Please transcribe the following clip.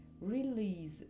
Release